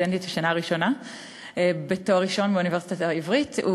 סטודנטית בשנה ראשונה בתואר ראשון באוניברסיטה העברית.